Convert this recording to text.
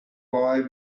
boy